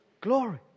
glory